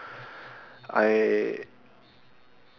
I